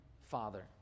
father